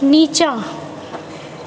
नीचाँ